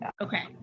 Okay